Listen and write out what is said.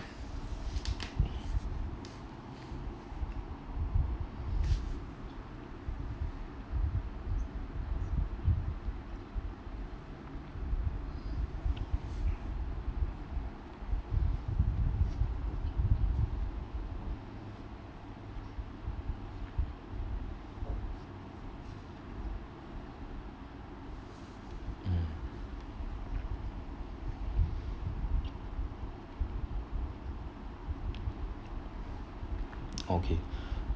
mm okay